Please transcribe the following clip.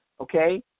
okay